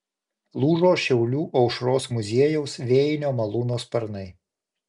lūžo šiaulių aušros muziejaus vėjinio malūno sparnai